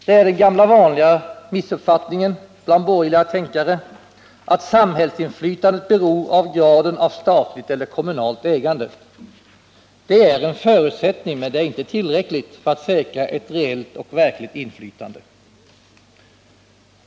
Det är den gamla vanliga missuppfattningen bland borgerliga tänkare att samhällsinflytandet beror av graden av statligt eller kommunalt ägande. Det är en förutsättning, men det är inte tillräckligt för att säkra ett reellt inflytande.